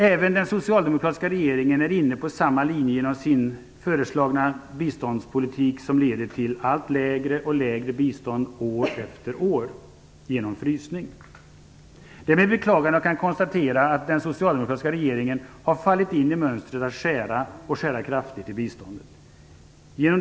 Även den socialdemokratiska regeringen är inne på samma linje genom sin föreslagna biståndspolitik, som leder till allt lägre bistånd år efter år genom frysning av biståndet. Det är med beklagande jag kan konstarera att den socialdemokratiska regeringen har fallit in i mönstret att skära, och skära kraftigt, i biståndet.